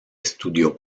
estudió